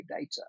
data